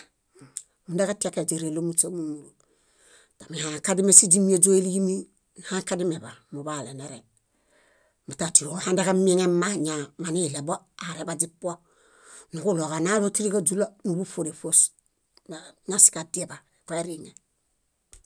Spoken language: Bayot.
Húmundaġatiakia źírẽlomuśemúlu múlu tamihããkadime síźimieźoeliimi hããkadimeḃa muḃaalenereŋ. Mata ótiho ohandeġamieŋema ñabaniɭebo areḃaźipuo. Nuġuɭoġanaalo tíriġaźulanuḃuṗoreṗos. Naġadieḃa, koeriŋe.